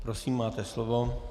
Prosím, máte slovo.